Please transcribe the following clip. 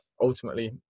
ultimately